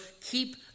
keep